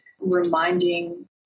reminding